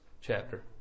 chapter